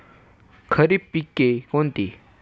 खरीप पिके कोणती?